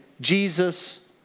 Jesus